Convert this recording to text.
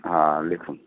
হ্যাঁ লিখুন